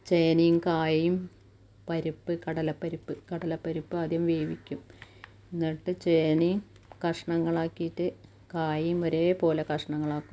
ചേനേം കായും പരിപ്പ് കടലപ്പരിപ്പ് കടലപ്പരിപ്പാദ്യം വേവിക്കും എന്നിട്ട് ചേനേം കഷ്ണങ്ങളാക്കീട്ട് കായും ഒരേ പോലെ കഷ്ണങ്ങളാക്കും